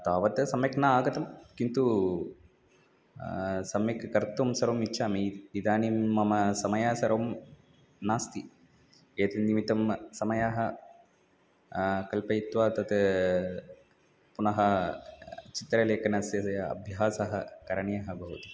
तावत् सम्यक् न आगतं किन्तु सम्यक् कर्तुं सर्वम् इच्छामि इदानीं मम समयं सर्वं नास्ति एतन्निमित्तं समयः कल्पयित्वा तत् पुनः चित्रलेखनस्य स यः अभ्यासः करणीयः भवति